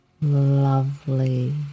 Lovely